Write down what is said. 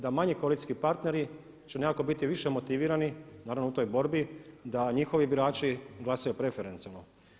Da manji koalicijski partneri će nekako biti više motivirani naravno u toj borbi da njihovi birači glasaju preferencijalno.